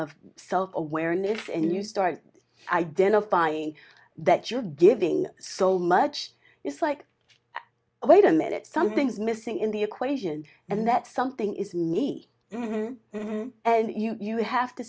of self awareness and you start identifying that you're giving so much it's like wait a minute something's missing in the equation and that something is me and you you have to